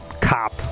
Cop